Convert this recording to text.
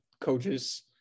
coaches